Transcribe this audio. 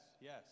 yes